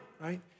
right